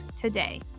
today